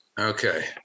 Okay